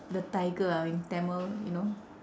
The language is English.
the tiger ah in tamil you know